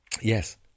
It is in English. yes